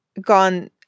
gone